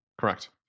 Correct